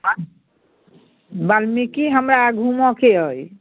बाल्मीकि हमरा घुमऽ के अइ